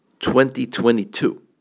2022